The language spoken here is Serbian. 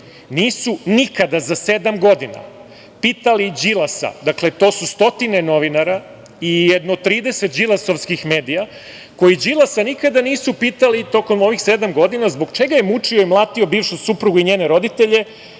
nisu nikada za sedam godina pitali Đilasa, dakle, to su stotine novinara i jedno 30 Đilasovskih medija koji Đilasa nikada nisu pitali tokom ovih sedam godina zbog čega je mučio i mlatio bivšu suprugu i njene roditelje